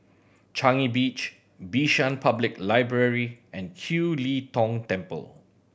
Changi Beach Bishan Public Library and Kiew Lee Tong Temple